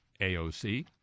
AOC